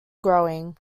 growing